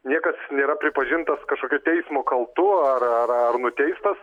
niekas nėra pripažintas kažkokio teismo kaltu ar ar ar nuteistas